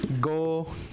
go